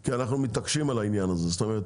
כי אנחנו מתעקשים על העניין הזה, זאת אומרת